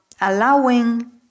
Allowing